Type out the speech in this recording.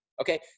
Okay